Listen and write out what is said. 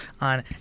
on